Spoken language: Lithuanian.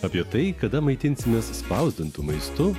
apie tai kada maitinsimės spausdintu maistu